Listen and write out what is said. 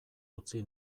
utzi